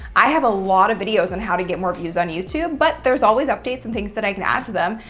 i have a lot of videos on how to get more views on youtube but there's always updates and things that i can add to them.